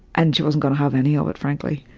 and she wasn't gonna have any of it, frankly.